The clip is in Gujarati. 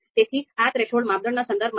તેથી આ થ્રેશોલ્ડ માપદંડના સંદર્ભમાં છે